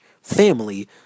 family